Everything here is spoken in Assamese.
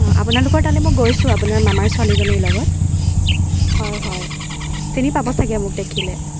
আপোনালোকৰ তালে মৈ গৈছো আপোনালোকৰ মামাৰ ছোৱালীজনীৰ লগত হয় হয় চিনি পাব ছাগে মোক দেখিলে